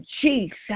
Jesus